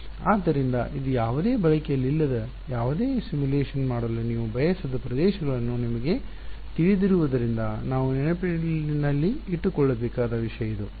ಆದ್ದರಿಂದ ಇದು ಯಾವುದೇ ಬಳಕೆಯಲ್ಲಿಲ್ಲದ ಯಾವುದೇ ಸಿಮ್ಯುಲೇಶನ್ ಮಾಡಲು ನೀವು ಬಯಸದ ಪ್ರದೇಶಗಳನ್ನು ನಿಮಗೆ ತಿಳಿದಿರುವುದರಿಂದ ನಾವು ನೆನಪಿನಲ್ಲಿಟ್ಟುಕೊಳ್ಳಬೇಕಾದ ವಿಷಯ ಇದು